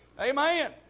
Amen